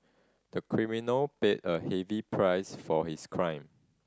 the criminal paid a heavy price for his crime